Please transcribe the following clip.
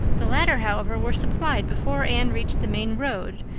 the latter, however, were supplied before anne reached the main road,